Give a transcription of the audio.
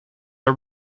are